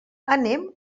anem